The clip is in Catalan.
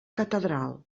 catedral